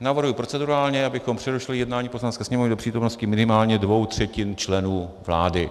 Navrhuji procedurálně, abychom přerušili jednání Poslanecké sněmovny do přítomnosti minimálně dvou třetin členů vlády.